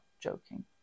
joking